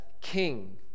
king